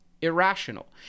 Irrational